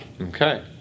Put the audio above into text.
Okay